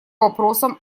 вопросам